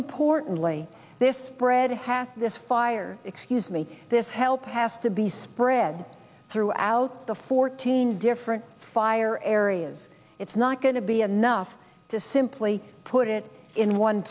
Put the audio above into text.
importantly this spread half of this fire excuse me this help has to be spread throughout the fourteen different fire areas it's not going to be enough to simply put it in one